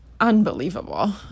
unbelievable